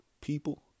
people